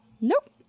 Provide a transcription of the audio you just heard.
Nope